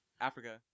Africa